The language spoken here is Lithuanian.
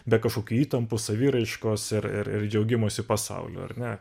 be kažkokių įtampų saviraiškos ir ir ir džiaugimosi pasauliu ar ne